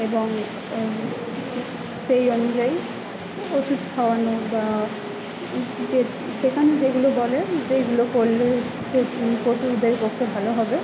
এবং সেই অনুযায়ী ওষুধ খাওয়ানো বা যে সেখানে যেগুলো বলে যেগুলো করলে সেই পশুদের পক্ষে ভালো হবে